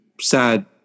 sad